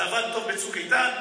זה עבד טוב בצוק איתן,